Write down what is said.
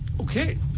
Okay